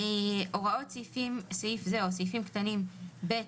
"(ט)הוראות סעיפים קטנים (ב),